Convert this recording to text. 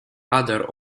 other